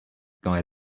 guy